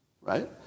right